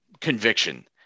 conviction